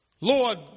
Lord